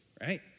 right